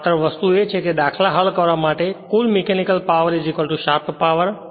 માત્ર વસ્તુ એ છે કે દાખલા હલ કરવા માટે કુલ મિકેનિકલ પાવર શાફ્ટ પાવર